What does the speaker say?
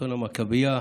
אסון המכבייה,